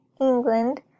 England